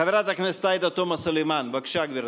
חברת הכנסת עאידה תומא סלימאן, בבקשה, גברתי.